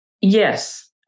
Yes